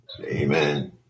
Amen